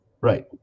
right